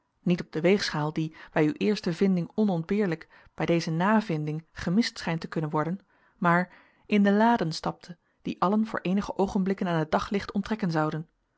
na niet op de weegschaal die bij uwe eerste vinding onontbeerlijk bij deze na vinding gemist schijnt te kunnen worden maar in de laden stapte die allen voor eenige oogenblikken aan het daglicht onttrekken zouden